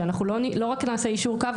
שאנחנו לא רק נעשה יישור קו,